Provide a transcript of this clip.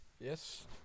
Yes